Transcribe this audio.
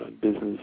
business